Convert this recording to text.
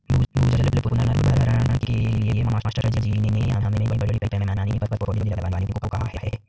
भूजल पुनर्भरण के लिए मास्टर जी ने हमें बड़े पैमाने पर पौधे लगाने को कहा है